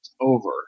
over